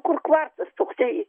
kur kvarcas toksai